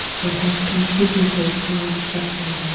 what has contributed to our suffering.